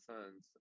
Sons